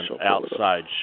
outside